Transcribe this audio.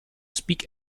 speak